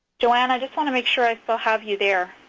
joann, i just want to make sure i so have you there?